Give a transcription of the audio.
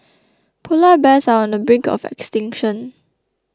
Polar Bears are on the brink of extinction